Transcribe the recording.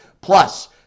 Plus